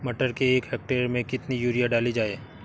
मटर के एक हेक्टेयर में कितनी यूरिया डाली जाए?